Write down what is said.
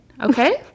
okay